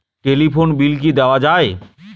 Telephone bill কি দেওয়া যায়?